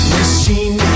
Machine